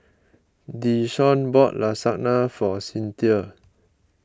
Desean bought Lasagna for Cinthia